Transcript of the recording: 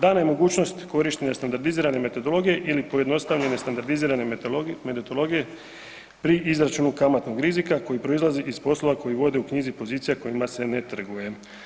Dana je mogućnost korištenja standardizirane metodologije ili pojednostavljene standardizirane metodologije pri izračunu kamatnog rizika koji proizlazi iz poslova koji vode u knjizi pozicija kojima se ne trguje.